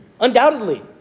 Undoubtedly